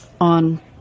on